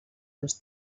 dos